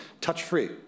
touch-free